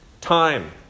time